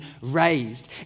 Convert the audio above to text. raised